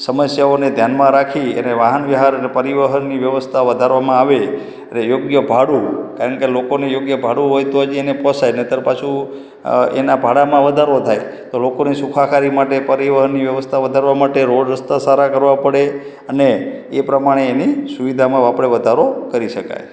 સમસ્યાઓને ધ્યાનમાં રાખી અને વાહન વ્યવહાર અને પરિવહનની વ્યવસ્થા વધારવામાં આવે અને યોગ્ય ભાડું કારણ કે લોકોને યોગ્ય ભાડું હોય તો જ એને પોસાય નહીંતર પાછું અ એનાં ભાડામાં વધારો થાય તો લોકોની સુખાકારી માટે પરિવહનની વ્યવસ્થા વધારવા માટે રોડ રસ્તા સારા કરવા પડે અને એ પ્રમાણે એની સુવિધામાં આપણે વધારો કરી શકાય